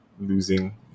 losing